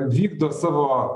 vykdo savo